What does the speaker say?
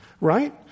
right